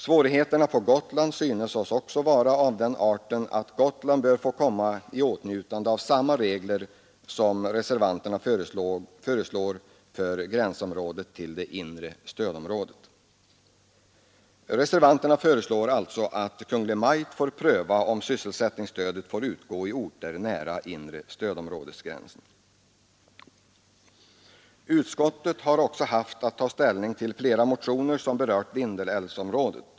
Svårigheterna på Gotland synes oss också vara av den arten att Gotland bör få komma i åtnjutande av samma regler som reservanterna föreslår för gränsområdet till det inre stödområdet. Reservanterna föreslår alltså att Kungl. Maj:t bör pröva om sysselsättningsstödet får utgå vissa i orter nära inre stödområdesgränsen. Utskottet har också haft att ta ställning till flera motioner som berört Vindelälvsområdet.